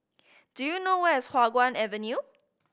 do you know where is Hua Guan Avenue